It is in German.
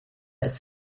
ist